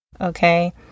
Okay